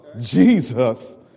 Jesus